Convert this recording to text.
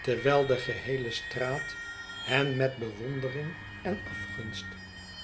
terwijl de geheele straat hen met bewondering en afgunst